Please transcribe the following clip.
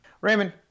Raymond